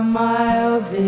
miles